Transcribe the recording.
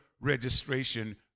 registration